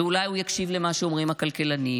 ואולי הוא יקשיב למה שאומרים הכלכלנים,